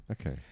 okay